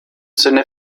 sinne